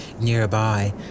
nearby